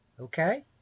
okay